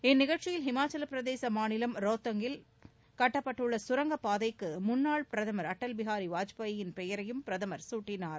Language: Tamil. இந்நிகழ்ச்சியில் ஹிமாச்சலப்பிரதேச மாநிலம் ரோத்தங் பகுதியில் கட்டப்பட்டுள்ள கரங்கப் பாதைக்கு முன்னாள் பிரதமர் அட்டல் பிகாரி வாஜ்பேயின் பெயரையும் பிரதமர் சூட்டினார்